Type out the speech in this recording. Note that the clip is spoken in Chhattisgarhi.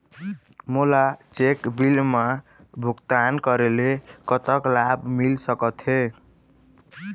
मोला चेक बिल मा भुगतान करेले कतक लाभ मिल सकथे?